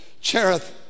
Cherith